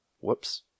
Whoops